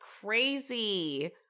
crazy